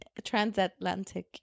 transatlantic